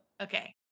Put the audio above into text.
okay